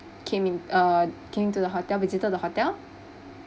came in uh came to the hotel visited the hotel